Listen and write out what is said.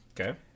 Okay